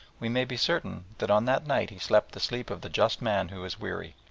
we may be certain that on that night he slept the sleep of the just man who is weary.